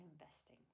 investing